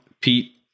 pete